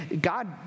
God